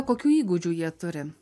kokių įgūdžių jie turi